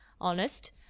honest